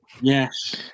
Yes